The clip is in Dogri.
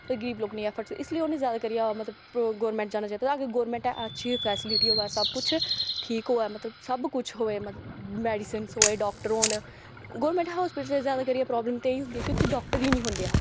ते गरीब लोग नेईं ऐफोर्ड करी सकदे इसलेई उ'नें ज्यादा करियै मकलब गौरमेंट जाना चाहिदा अगर गौरमेंट अच्छी फैसीलिटी होऐ सब कुछ ठीक होऐ मतलब सब कुछ होऐ मैडीसिनस होऐ डाक्टर होन गौरमेंट हस्पिटल ज्यादा करियै प्राब्लाम ते इयै होंदी ऐ कि उत्थै डाक्टर ई नेईं होंदे